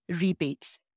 rebates